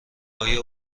آیا